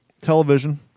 television